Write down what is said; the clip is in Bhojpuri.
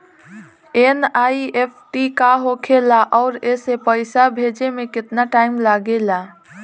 एन.ई.एफ.टी का होखे ला आउर एसे पैसा भेजे मे केतना टाइम लागेला?